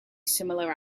similar